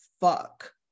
fuck